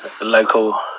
local